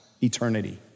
eternity